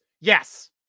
yes